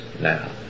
now